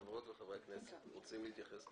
חברות וחברי הכנסת, רוצים להתייחס?